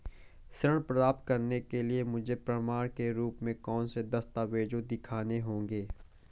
ऋण प्राप्त करने के लिए मुझे प्रमाण के रूप में कौन से दस्तावेज़ दिखाने होंगे?